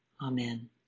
Amen